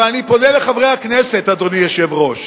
אבל אני פונה לחברי הכנסת, אדוני היושב-ראש,